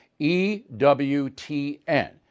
EWTN